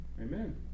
Amen